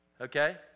okay